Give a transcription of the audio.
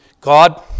God